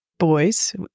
boys